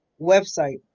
website